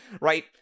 right